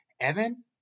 Evan